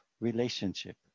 relationship